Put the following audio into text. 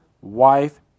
wife